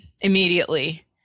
Immediately